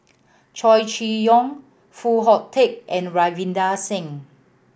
Chow Chee Yong Foo Hong Tatt and Ravinder Singh